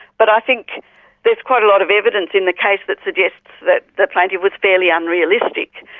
but i think there is quite a lot of evidence in the case that suggests that the plaintiff was fairly unrealistic,